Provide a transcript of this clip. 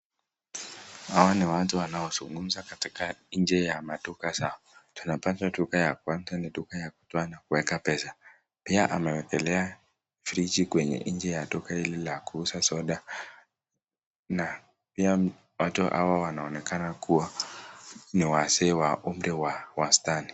Hawa ni watu wanaozungumza katika nje ya maduka zao. Tunapata duka ya kwanza ni duka ya kutoa na kuweka pesa. Pia amewekelea friji kwenye nje ya duka hili la kuuza soda na pia watu hawa wanaonekana kuwa ni wazee wa umri wa wastani.